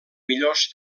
millors